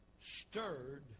stirred